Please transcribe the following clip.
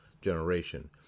generation